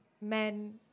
men